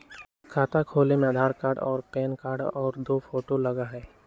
खाता खोले में आधार कार्ड और पेन कार्ड और दो फोटो लगहई?